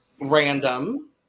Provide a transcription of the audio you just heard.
Random